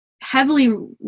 heavily